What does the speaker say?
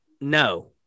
No